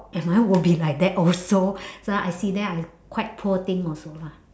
am I will be like that also so I see them like quite poor thing also lah